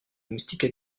moustique